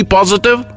Positive